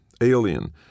alien